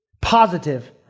positive